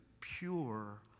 pure